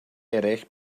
eraill